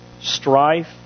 strife